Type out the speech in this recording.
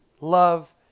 love